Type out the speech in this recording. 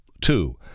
Two